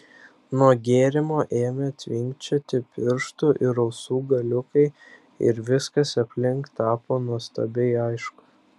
nuo gėrimo ėmė tvinkčioti pirštų ir ausų galiukai ir viskas aplink tapo nuostabiai aišku